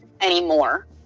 anymore